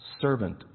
servant